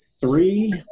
Three